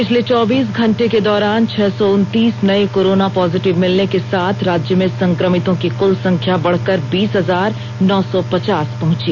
पिछले चौबीस घंटे के दौरान छह सौ उन्तीस नए कोरोना पॉजिटिव मिलने के साथ राज्य में संक्रमितों की कुल संख्या बढ़कर बीस हजार नौ सौ पचास पहुंची